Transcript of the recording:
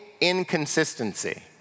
inconsistency